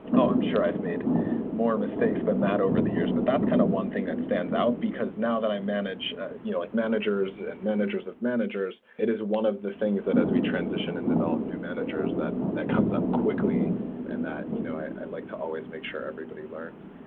ah i'm sure i've made more mis takes than that over the years. but that's kind of one thing that stands out, because now that i manage you know like managers and managers of managers, it is one of the things that as we transitioned and developed new managers, that that comes up quickly and that you know i like to always make sure everybody learns.